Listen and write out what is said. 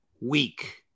weak